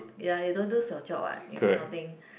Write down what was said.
ya you don't lose your job what in accounting